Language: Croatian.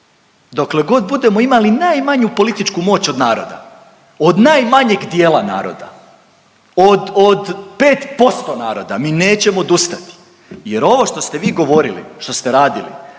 Dokle god budemo imali najmanju političku moć od naroda, od najmanjeg dijela naroda, od, od 5% naroda mi nećemo odustati jer ovo što ste vi govorili, što ste radili,